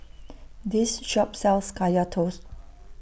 This Shop sells Kaya Toast